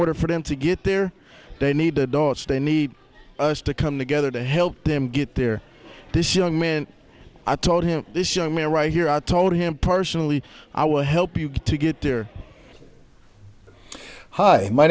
order for them to get there they need to dos they need us to come together to help them get there this young man i told him this young man right here i told him personally i will help you to get there hi my